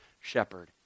shepherd